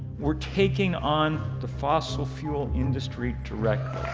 we're taking on the fossil fuel industry directly.